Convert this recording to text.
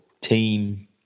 team